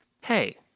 Hey